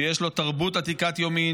רצון העם שיש לו תרבות עתיקת יומין,